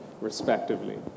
respectively